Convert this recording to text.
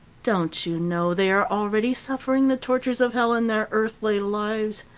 don't you know they are already suffering the tortures of hell in their earthly lives?